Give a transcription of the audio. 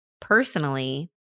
personally